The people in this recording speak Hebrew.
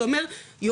זה אומר יומי,